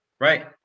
right